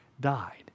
died